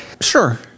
sure